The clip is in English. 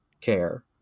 care